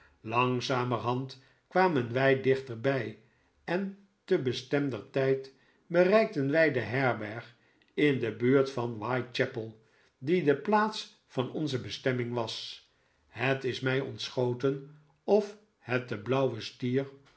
langzamerhand kwamen wij dichterbij en te bestemder tijd bereikten wij de herberg in de buurt van whitechapel die de plaats van onze bestemming was het is mij ontschoten of het de blauwe stier